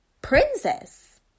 princess